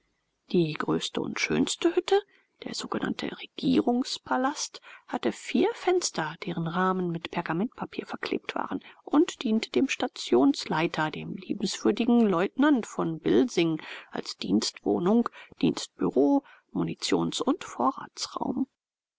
die größte und schönste hütte der sogenannte regierungspalast hatte vier fenster deren rahmen mit pergamentpapier verklebt waren und diente dem stationsleiter dem liebenswürdigen leutnant von bilsing als dienstwohnung dienstbureau munitions und vorratsraum